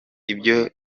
ibyo